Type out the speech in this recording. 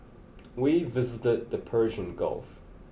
we visited the Persian Gulf